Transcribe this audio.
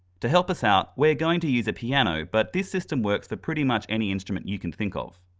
to help us out, we're going to use a piano, but this system works for pretty much any instrument you can think of.